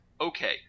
okay